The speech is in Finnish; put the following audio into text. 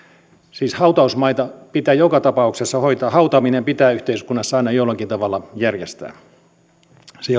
siis hautausmaita pitää joka tapauksessa hoitaa hautaaminen pitää yhteiskunnassa aina jollakin tavalla järjestää se